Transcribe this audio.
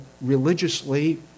religiously